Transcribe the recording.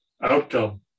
outcome